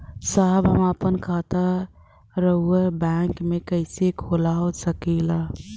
साहब हम आपन खाता राउर बैंक में कैसे खोलवा सकीला?